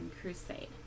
crusade